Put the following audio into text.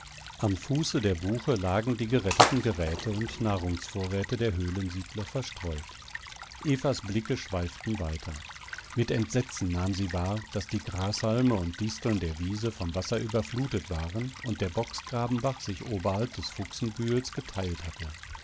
am fuße der buche lagen die geretteten geräte und nahrungsvorräte der höhlensiedler verstreut evas blicke schweiften weiter mit entsetzen nahm sie wahr daß die grashalme und disteln der wiese vom wasser überflutet waren und der bocksgrabenbach sich oberhalb des fuchsenbühels geteilt hatte